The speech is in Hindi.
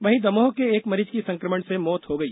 वही दमोह के एक मरीज की संक्रमण से मौत हो गई